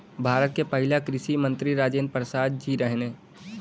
भारत के पहिला कृषि मंत्री राजेंद्र प्रसाद जी रहने